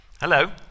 Hello